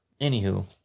Anywho